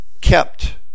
kept